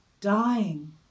dying